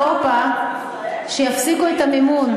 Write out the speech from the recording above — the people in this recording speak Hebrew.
וביקש ממדינות אירופה שיפסיקו את המימון.